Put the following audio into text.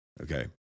okay